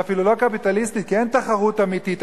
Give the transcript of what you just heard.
זה אפילו לא קפיטליסטית כי אין תחרות אמיתית,